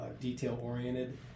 detail-oriented